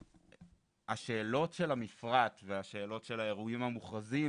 השאלות של המפרט והשאלות של האירועים המוכרזים,